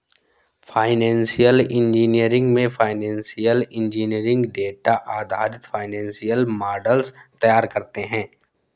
financial engineering में financial engineer data आधारित financial models तैयार करते है